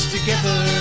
together